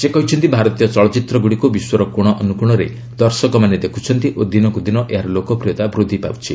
ସେ କହିଛନ୍ତି ଭାରତୀୟ ଚଳଚ୍ଚିତ୍ରଗୁଡ଼ିକୁ ବିଶ୍ୱର କୋଣ ଅନୁକୋଶରେ ଦର୍ଶକମାନେ ଦେଖୁଛନ୍ତି ଓ ଦିନକୁ ଦିନ ଏହାର ଲୋକପ୍ରିୟତା ବୂଦ୍ଧି ପାଉଛି